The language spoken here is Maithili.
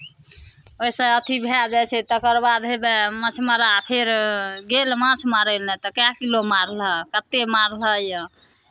ओहिसँ अथि भए जाइ छै तकर बाद हउएह मछमारा फेर गेल माछ मारय लेल तऽ कए किलो मारलह कतेक मारलह यए